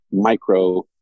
micro